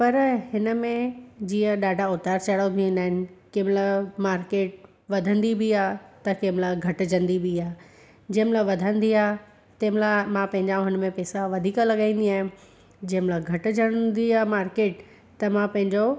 पर हिनमें जीअं ॾाढा उतार चढ़ाव बि ईंदा आहिनि कंहिंमहिल मार्किट वधंदी बि आहे त कंहिंमहिल घटिजंदी बि आहे जंहिंमहिल वधंदी आहे तंहिंमहिल मां पंहिंजा हुनमें पेसा वधीक लॻाईंदी आहियां जंहिंमहिल घटिजंदी आहे मार्किट त मां पंहिंजो